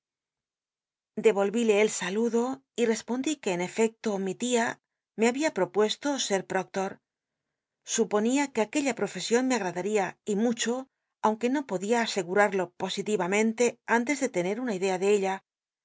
ile el saludo y respondí que en efecto mi tia me había ptopucsto ser ptoctol suponía que aquella profesion me agradal'ia y mucho aunque no podia asegurarlo positivamente an tes de lenet una idea de ella